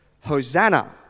Hosanna